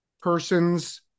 persons